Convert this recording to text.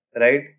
Right